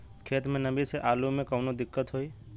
खेत मे नमी स आलू मे कऊनो दिक्कत होई?